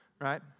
right